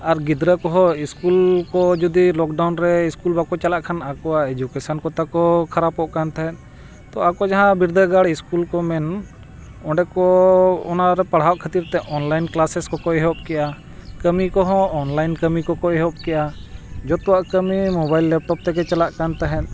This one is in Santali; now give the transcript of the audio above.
ᱟᱨ ᱜᱤᱫᱽᱨᱟᱹ ᱠᱚᱦᱚᱸ ᱤᱥᱠᱩᱞ ᱠᱚ ᱡᱩᱫᱤ ᱞᱚᱠᱰᱟᱣᱩᱱ ᱨᱮ ᱤᱥᱠᱩᱞ ᱵᱟᱠᱚ ᱪᱟᱞᱟᱜ ᱠᱷᱟᱱ ᱟᱠᱚᱣᱟᱜ ᱮᱰᱩᱠᱮᱥᱚᱱ ᱠᱚ ᱛᱟᱠᱚ ᱠᱷᱟᱨᱟᱯᱚᱜ ᱠᱟᱱ ᱛᱟᱦᱮᱸᱫ ᱛᱚ ᱟᱠᱚ ᱡᱟᱦᱟᱸ ᱵᱤᱨᱫᱟᱹᱜᱟᱲ ᱤᱥᱠᱩᱞ ᱠᱚ ᱢᱮᱱ ᱚᱸᱰᱮ ᱠᱚ ᱚᱱᱟᱨᱮ ᱯᱟᱲᱦᱟᱣᱚᱜ ᱠᱷᱟᱹᱛᱤᱨ ᱛᱮ ᱚᱱᱞᱟᱭᱤᱱ ᱠᱞᱟᱥᱮᱥ ᱠᱚᱠᱚ ᱮᱦᱚᱵ ᱠᱮᱜᱼᱟ ᱠᱟᱹᱢᱤ ᱠᱚᱦᱚᱸ ᱚᱱᱞᱟᱭᱤᱱ ᱠᱟᱹᱢᱤ ᱠᱚᱠᱚ ᱮᱦᱚᱵ ᱠᱮᱜᱼᱟ ᱡᱷᱚᱛᱚᱣᱟᱜ ᱠᱟᱹᱢᱤ ᱢᱳᱵᱟᱭᱤᱞ ᱞᱮᱯᱴᱚᱯ ᱛᱮᱜᱮ ᱪᱟᱞᱟᱜ ᱠᱟᱱ ᱛᱟᱦᱮᱸᱫ